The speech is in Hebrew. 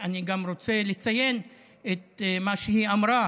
אני גם רוצה לציין את מה שהיא אמרה,